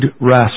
rest